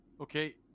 Okay